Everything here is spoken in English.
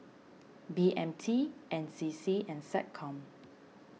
B M T N C C and SecCom